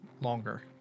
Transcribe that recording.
longer